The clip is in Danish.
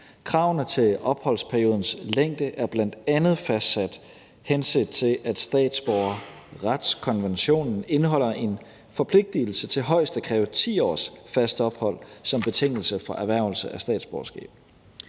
Kravene til opholdsperiodens længde er bl.a. fastsat, henset til at statsborgerretskonventionen indeholder en forpligtigelse til højst at kræve 10 års fast ophold som betingelse for erhvervelse af statsborgerskab.